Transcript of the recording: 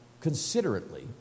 considerately